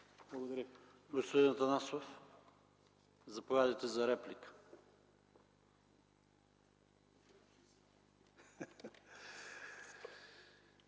Благодаря Ви. Господин Найденов, заповядайте за реплика.